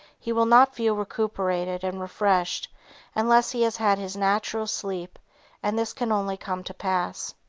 he will not feel recuperated and refreshed unless he has had his natural sleep and this can only come to pass.